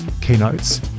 keynotes